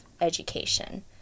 education